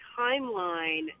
timeline